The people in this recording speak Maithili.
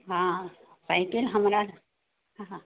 हँ पहिने हमरा अहाँ